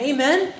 Amen